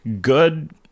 good